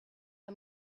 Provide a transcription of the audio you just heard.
the